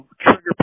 trigger